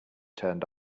turned